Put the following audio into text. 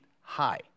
high